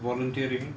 volunteering